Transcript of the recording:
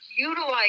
utilize